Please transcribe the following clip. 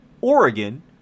Oregon